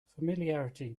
familiarity